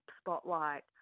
spotlight